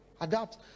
adapt